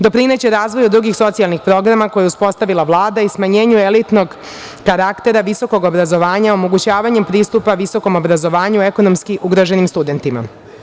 Doprineće razvoju drugih socijalnih programa koje je uspostavila Vlada i smanjenju elitnog karaktera visokog obrazovanja omogućavanjem pristupa visokom obrazovanju ekonomski ugroženim studentima.